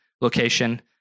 location